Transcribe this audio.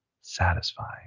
satisfying